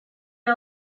are